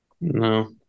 No